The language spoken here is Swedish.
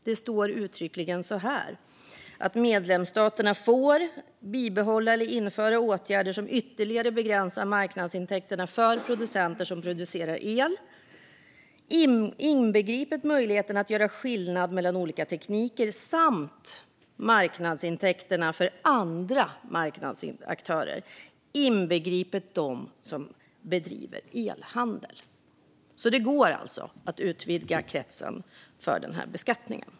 Det står uttryckligen att medlemsstaterna får "bibehålla eller införa åtgärder som ytterligare begränsar marknadsintäkterna för producenter som producerar el . inbegripet möjligheten att göra skillnad mellan olika tekniker, samt marknadsintäkterna för andra marknadsaktörer, inbegripet dem som bedriver elhandel". Det går alltså att utvidga kretsen för beskattningen.